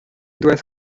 duess